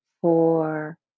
four